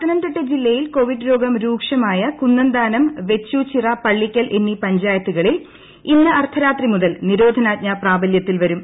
പത്തനംതിട്ട ജില്ലയിൽ കോവിഡ് രോഗം രൂക്ഷമായ കുന്നന്താനം വെച്ചൂച്ചിറ പള്ളിക്കൽ എന്നീ പഞ്ചായത്തുകളിൽ ഇന്ന് അർദ്ധരാത്രി മുതൽ നിരോധനാജ്ഞ പ്രാബല്യത്തിൽ വരും